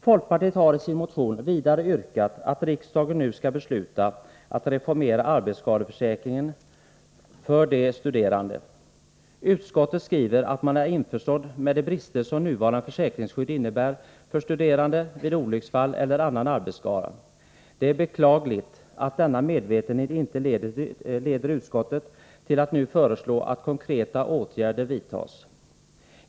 Folkpartiet har i sin motion vidare yrkat att riksdagen nu skall besluta att reformera arbetsskadeförsäkringen för de studerande. Utskottet skriver att man är införstådd med de brister som nuvarande försäkringsskydd innebär för studerande vid olycksfall eller annan arbetsskada. Det är beklagligt att denna medvetenhet inte leder utskottet till att nu föreslå att konkreta åtgärder vidtas.